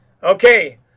Okay